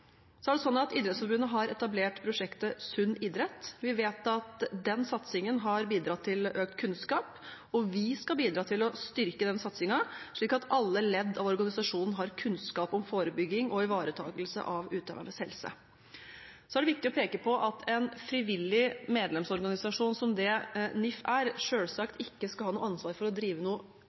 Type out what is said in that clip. Idrettsforbundet har etablert prosjektet Sunn idrett. Vi vet at den satsingen har bidratt til økt kunnskap, og vi skal bidra til å styrke den satsingen, slik at alle ledd i organisasjonen har kunnskap om forebygging og ivaretakelse av utøvernes helse. Så er det viktig å peke på at en frivillig medlemsorganisasjon som det NIF er, selvsagt ikke skal ha noe ansvar for å drive